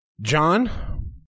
john